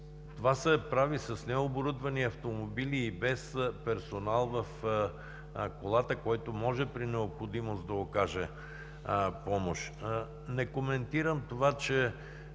това се прави с необорудвани автомобили и без персонал в колата, който може при необходимост да окаже помощ. Не коментирам това, че